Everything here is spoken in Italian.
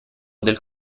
del